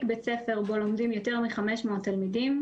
בית ספר בו לומדים יותר מ-500 תלמידים,